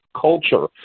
culture